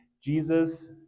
Jesus